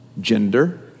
gender